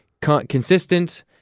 consistent